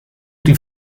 die